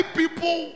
people